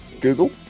Google